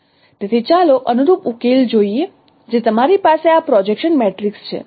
તેથી ચાલો અનુરૂપ ઉકેલ જોઈએ જે તમારી પાસે આ પ્રોજેક્શન મેટ્રિક્સ છે